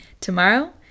Tomorrow